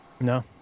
No